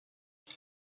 elle